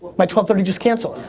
my twelve thirty just canceled?